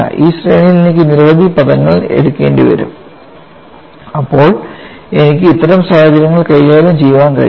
ഈ ശ്രേണിയിൽ എനിക്ക് നിരവധി പദങ്ങൾ എടുക്കേണ്ടിവരും അപ്പോൾ എനിക്ക് ഇത്തരം സാഹചര്യങ്ങൾ കൈകാര്യം ചെയ്യാൻ കഴിയും